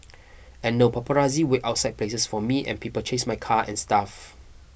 and now paparazzi wait outside places for me and people chase my car and stuff